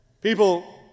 People